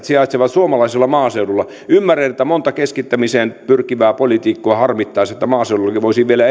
sijaitsevat suomalaisella maaseudulla ymmärrän että monta keskittämiseen pyrkivää poliitikkoa harmittaa se että maaseudullakin voisi vielä